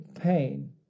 pain